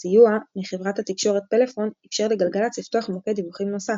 הסיוע מחברת התקשורת פלאפון איפשר לגלגלצ לפתוח מוקד דיווחים נוסף,